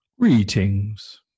Greetings